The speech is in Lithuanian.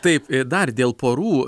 taip ir dar dėl porų